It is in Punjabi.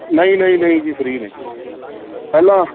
ਨਹੀਂ ਨਹੀਂ ਨਹੀਂ ਜੀ ਫਰੀ ਨੇ ਪਹਿਲਾਂ